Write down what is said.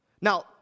Now